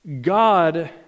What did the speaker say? God